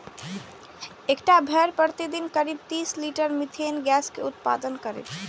एकटा भेड़ प्रतिदिन करीब तीस लीटर मिथेन गैस के उत्पादन करै छै